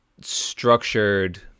structured